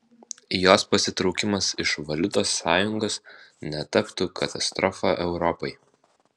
jos pasitraukimas iš valiutos sąjungos netaptų katastrofa europai